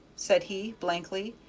said he, blankly,